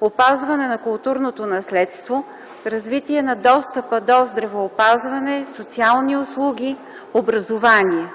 опазване на културното наследство, развитие на достъпа до здравеопазване, социални услуги и образование.